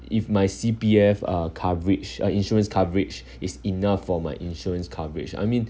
if my C_P_F uh coverage uh insurance coverage is enough for my insurance coverage I mean